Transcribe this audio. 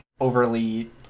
overly